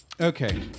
Okay